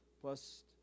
plus